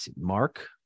Mark